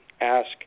ask